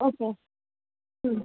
okay